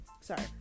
sorry